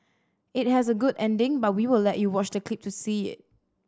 it has a good ending but we will let you watch the clip to see it